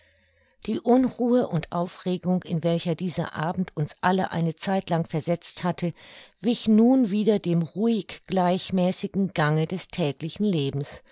die unruhe und aufregung in welcher dieser abend uns alle eine zeitlang versetzt hatte wich nun wieder dem ruhig gleichmäßigen gange des täglichen lebens